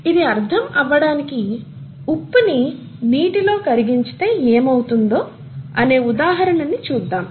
ఇది అర్థం అవ్వటానికి ఉప్పుని నీటిలో కరిగించితే ఏమి అవుతుందో అనే ఉదాహరణని చూద్దాం